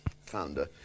founder